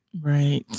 Right